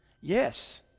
Yes